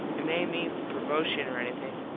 it may mean promoshun or anything.